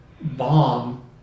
bomb